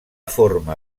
forma